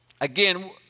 again